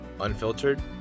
unfiltered